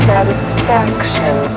Satisfaction